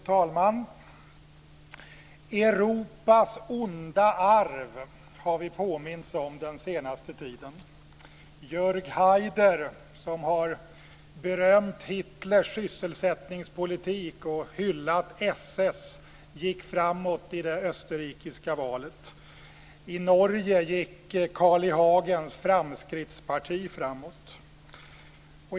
Fru talman! Europas onda arv har vi påmints om den senaste tiden. Jörg Haider, som har berömt Hitlers sysselsättningspolitik och hyllat SS, gick framåt i det österrikiska valet. I Norge gick Carl I Hagens Fremskrittspartiet framåt.